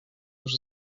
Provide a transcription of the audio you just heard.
już